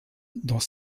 dans